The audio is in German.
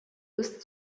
ist